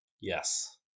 yes